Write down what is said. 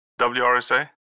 WRSA